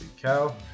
cow